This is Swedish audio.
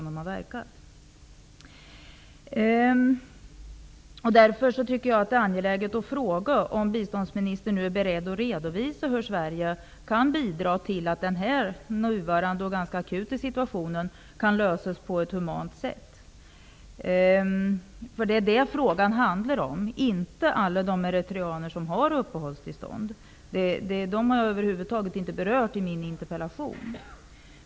Det är därför angeläget att få veta om biståndsministern är beredd att redovisa hur Sverige kan bidra till att den nuvarande akuta situationen kan lösas på ett humant sätt? Det är detta frågan handlar om, inte om alla de eritreaner som har uppehållstillstånd. Dem har jag över huvud taget inte berört i min interpellation.